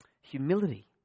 humility